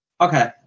Okay